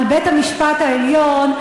על בית-המשפט העליון,